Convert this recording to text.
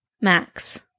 Max